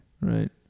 Right